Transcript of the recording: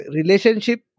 relationship